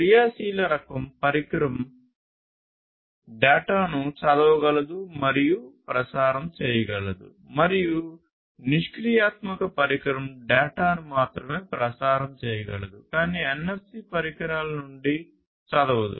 క్రియాశీల రకం పరికరం డేటాను చదవగలదు మరియు ప్రసారం చేయగలదు మరియు నిష్క్రియాత్మక పరికరం డేటాను మాత్రమే ప్రసారం చేయగలదు కానీ NFC పరికరాల నుండి చదవదు